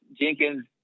jenkins